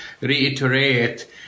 reiterate